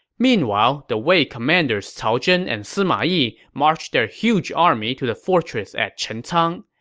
meanwhile, the wei commanders cao zhen and sima yi marched their huge army to the fortress at chencang.